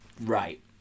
Right